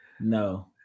No